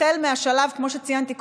כמו שציינתי קודם,